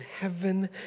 heaven